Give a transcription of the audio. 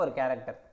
character